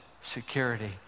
security